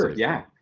yeah,